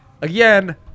Again